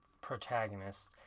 protagonists